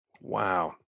Wow